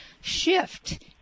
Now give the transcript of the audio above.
shift